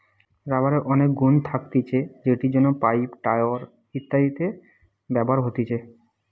রাবারের অনেক গুন্ থাকতিছে যেটির জন্য পাইপ, টায়র ইত্যাদিতে ব্যবহার হতিছে